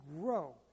grow